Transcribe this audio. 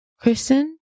kristen